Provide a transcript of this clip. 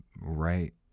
right